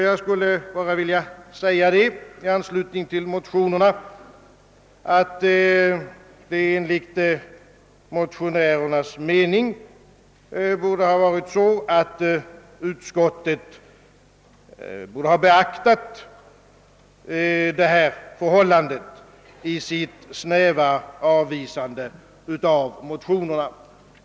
Jag skulle slutligen i anslutning till motionerna bara vilja säga, att utskottet enligt motionärernas mening borde ha beaktat det här förhållandet i sitt snäva avvisande av motionerna.